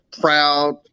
Proud